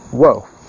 whoa